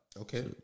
Okay